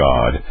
God